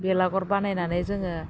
बेलागर बानायनानै जोङो